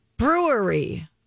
Brewery